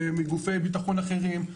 מגופי ביטחון אחרים.